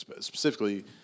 specifically